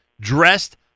dressed